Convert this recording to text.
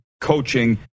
coaching